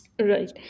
Right